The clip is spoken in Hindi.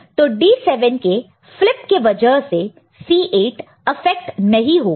तो D7 के फ्लिप के वजह से C8 अफेक्ट नहीं होगा